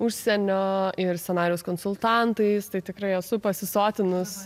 užsienio ir scenarijus konsultantais tai tikrai esu pasisotinus